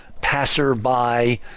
passer-by